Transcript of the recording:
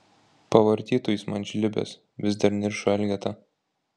pavartytų jis man žlibes vis dar niršo elgeta